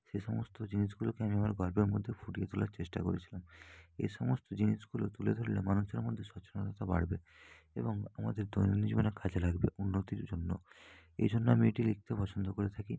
সে সমস্ত জিনিসগুলোকে আমি আমার গল্পের মধ্যে ফুটিয়ে তোলার চেষ্টা করেছিলাম এ সমস্ত জিনিসগুলো তুলে ধরলে মানুষের মধ্যে সচেতনতা বাড়বে এবং আমাদের দৈনন্দিন জীবনে কাজে লাগবে উন্নতির জন্য এই জন্য আমি এটি লিখতে পছন্দ করে থাকি